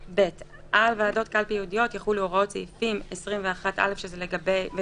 (ב)על ועדות קלפי ייעודיות יחולו הוראות סעיפים 21א ו-24(ט1),